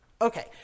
Okay